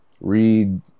Read